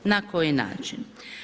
Na koji način?